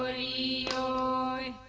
but a o